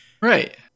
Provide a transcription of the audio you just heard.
Right